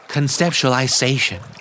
Conceptualization